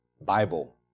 Bible